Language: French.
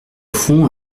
fond